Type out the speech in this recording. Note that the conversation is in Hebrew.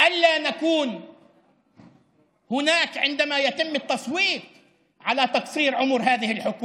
שלא נימצא כאשר מקיימים הצבעה על קיצור כהונת הממשלה הזו?